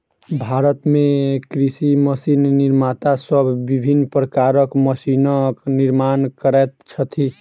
भारत मे कृषि मशीन निर्माता सब विभिन्न प्रकारक मशीनक निर्माण करैत छथि